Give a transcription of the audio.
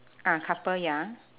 ah couple ya